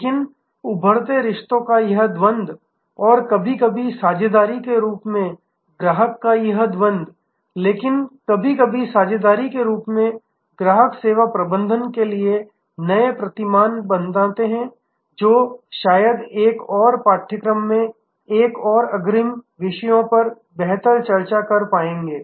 और उभरते रिश्तों का यह द्वंद्व और कभी कभी साझेदारी के रूप में ग्राहक का यह द्वंद्व लेकिन कभी कभी साझेदारी के रूप में ग्राहक सेवा प्रबंधन के लिए नए प्रतिमान बनाते हैं जो शायद एक और पाठ्यक्रम में एक और अग्रिम विषयों पर बेहतर चर्चा कर पाएंगे